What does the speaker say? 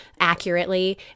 accurately